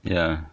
ya